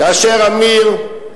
כאשר אמיר,